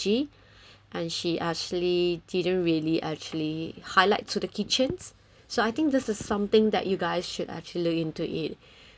allergy and she actually didn't really actually highlight to the kitchens so I think this is something that you guys should actually look into it